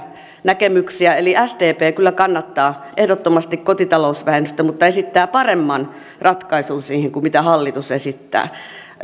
näkemyksiä sdp kyllä kannattaa ehdottomasti kotitalousvähennystä mutta esittää siihen paremman ratkaisun kuin mitä hallitus esittää